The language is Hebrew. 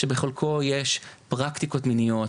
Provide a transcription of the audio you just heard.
שבחלקו יש פרקטיקות מיניות,